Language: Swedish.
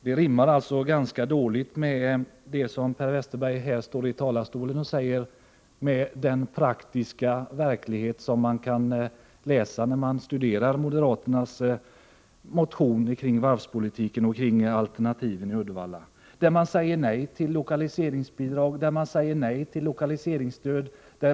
Den praktiska verkligheten, som man kan läsa om när man studerar moderaternas motioner beträffande varvspolitiken och beträffande alternativen i Uddevalla, rimmar alltså ganska dåligt med det som Per Westerberg säger här i talarstolen. Man säger i motionerna nej till lokaliseringsbidrag och nej till lokaliseringsstöd.